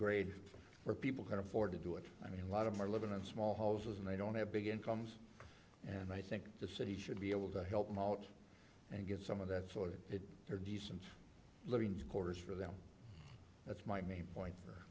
grade where people can afford to do it i mean a lot of my living in small houses and they don't have big incomes and i think the city should be able to help them out and get some of that sorted it they're decent living quarters for them that's my main point for